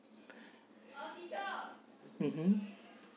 mmhmm